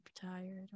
tired